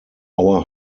our